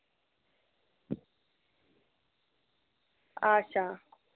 अच्छा